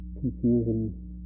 confusion